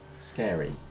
scary